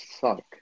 suck